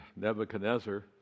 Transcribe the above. Nebuchadnezzar